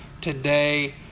today